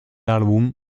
álbum